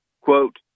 Quote